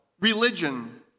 religion